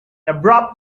abrupt